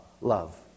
love